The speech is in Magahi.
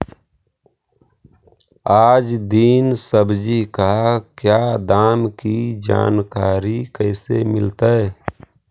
आज दीन सब्जी का क्या दाम की जानकारी कैसे मीलतय?